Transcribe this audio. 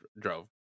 drove